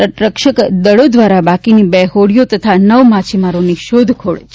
તટ રક્ષક દળો દ્વારા બાકીની બે હોડીઓ તથા નવ માછીમારોની શોધખોળ ચાલુ છે